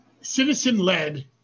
citizen-led